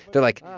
they're, like,